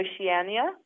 Oceania